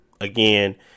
again